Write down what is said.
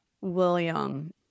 William